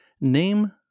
Name